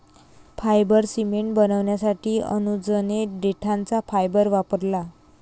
fibre cement बनवण्यासाठी अनुजने देठाचा फायबर वापरला